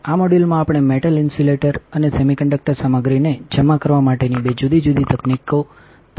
આ મોડ્યુલમાં આપણેમેટલ ઇન્સ્યુલેટર અને સેમિકન્ડક્ટર સામગ્રીને જમા કરવા માટેનીબે જુદી જુદીતકનીકીતરફ ધ્યાન આપીશું